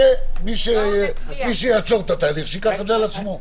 מי שיעצור את התהליך, שייקח את זה על עצמו.